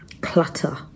clutter